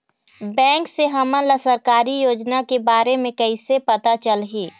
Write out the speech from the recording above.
Bank से हमन ला सरकारी योजना के बारे मे कैसे पता चलही?